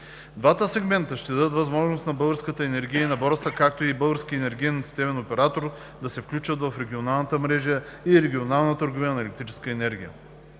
Двата сегмента ще дадат възможност на Българската енергийна борса, както и на българския енергиен системен оператор да се включат в регионалната мрежа и регионална търговия на електрическа енергия.